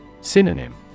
Synonym